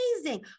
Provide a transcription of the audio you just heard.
amazing